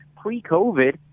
pre-COVID